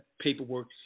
paperwork